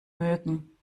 mögen